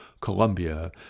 Colombia